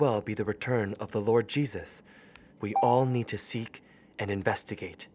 well be the return of the lord jesus we all need to seek and investigate